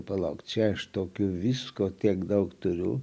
palauk čia aš tokių visko tiek daug turiu